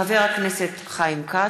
חבר הכנסת חיים כץ,